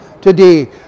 today